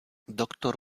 doktor